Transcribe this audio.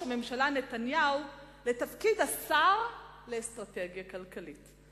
הממשלה נתניהו לתפקיד השר לאסטרטגיה כלכלית,